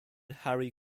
harry